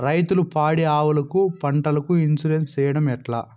రైతులు పాడి ఆవులకు, పంటలకు, ఇన్సూరెన్సు సేయడం ఎట్లా?